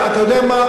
אתה יודע מה?